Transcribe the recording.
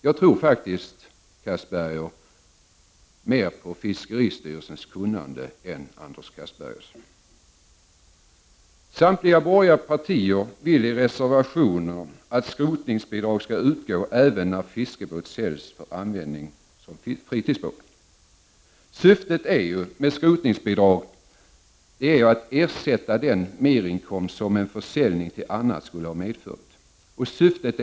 Jag tror faktiskt mer på fiskeristyrelsens kunnande än Anders Castbergers. Samtliga borgerliga partier vill i reservationer att skrotningsbidrag skall utgå även när fiskebåt säljs för användning som fritidsbåt. Syftet med skrot ningsbidrag är att ersätta den merinkomst som en försäljning till annan näringsidkare skulle ha medfört.